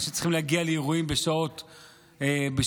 אנשים צריכים להגיע לאירועים בשעות הערב,